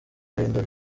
agahinda